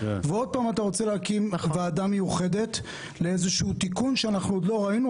ועוד פעם אתה רוצה להקים ועדה מיוחדת לאיזשהו תיקון שאנחנו לא ראינו,